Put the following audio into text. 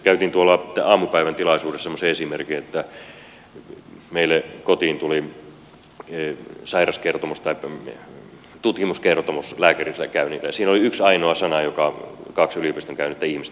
käytin tuolla aamupäivän tilaisuudessa semmoisen esimerkin että meille kotiin tuli tutkimuskertomus lääkärissä käynnistä ja siinä oli yksi ainoa sana jonka kaksi yliopiston käynyttä ihmistä ymmärsi